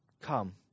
come